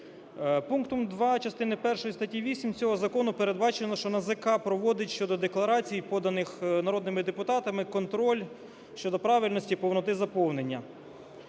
Пунктом 2 частини першої статті 8 цього закону передбачено, що НАЗК проводить щодо декларацій, поданих народними депутатами, контроль щодо правильності повноти заповнення;